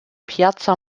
piazza